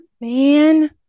Man